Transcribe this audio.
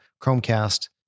Chromecast